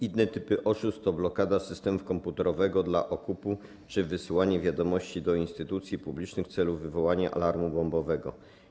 Inne typy oszustw to blokada systemu komputerowego dla okupu czy wysyłanie wiadomości do instytucji publicznych w celu wywołania alarmu bombowego.